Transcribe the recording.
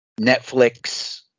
Netflix